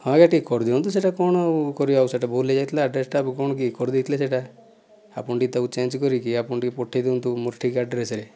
ହଁ ଗୋଟିଏ କରିଦିଅନ୍ତୁ କ'ଣ ସେହିଟା ଭୁଲ ହୋଇଯାଇଥିଲା ଆଡ଼୍ରେସ ତାକୁ କ'ଣ କି କରିଦେଇଥିଲେ ସେହିଟା ଆପଣ ଟିକେ ତାକୁ ଚେଞ୍ଜ କରିକି ଆପଣ ପଠାଇଦିଅନ୍ତୁ ମୋ ଠିକ ଆଡ଼୍ରେସରେ